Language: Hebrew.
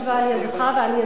על-ידיך ועל-ידי,